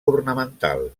ornamental